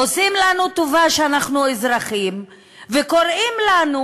עושים לנו טובה שאנחנו אזרחים וקוראים לנו,